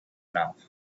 mouth